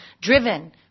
driven